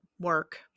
work